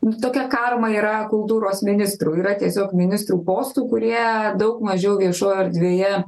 nu tokia karma yra kultūros ministrų yra tiesiog ministrų postų kurie daug mažiau viešoj erdvėje